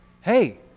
hey